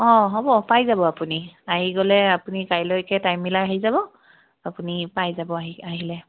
অঁ হ'ব পাই যাব আপুনি আহি গ'লে আপুনি কাইলৈকে টাইম মিলাই আহি যাব আপুনি পাই যাব আহি আহিলে